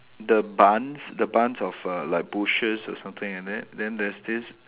the buns the buns of err like bushes or something like that then there's this